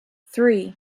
three